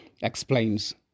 explains